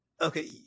okay